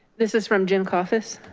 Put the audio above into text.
this is from jim koffice.